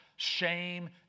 shame